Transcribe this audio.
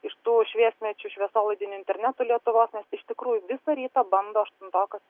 iš tų šviesmečių šviesolaidinio interneto lietuvos nes iš tikrųjų visą rytą bando aštuntokas